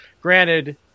Granted